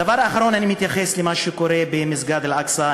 דבר אחרון, אני מתייחס למה שקורה במסגד אל-אקצא.